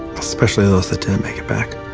especially those that didn't make it back.